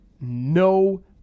no